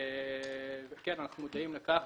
אנחנו מודעים לכך,